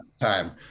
time